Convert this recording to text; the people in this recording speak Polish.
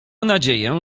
nadzieję